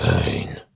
Pain